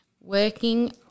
working